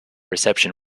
reception